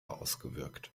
ausgewirkt